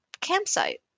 campsite